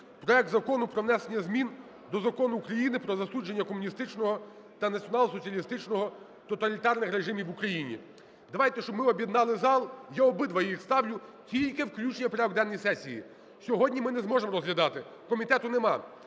проект Закону про внесення змін до Закону України про засудження комуністичного та націонал-соціалістичного тоталітарних режимів в Україні. Давайте, щоб ми об'єднали зал, я обидва їх ставлю, тільки включення у порядок денної сесії. Сьогодні ми не зможемо розглядати, комітету немає,